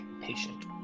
patient